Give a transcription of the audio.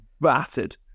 battered